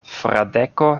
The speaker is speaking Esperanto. fradeko